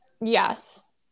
yes